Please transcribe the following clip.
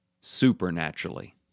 supernaturally